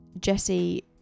Jesse